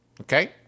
okay